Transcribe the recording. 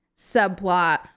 subplot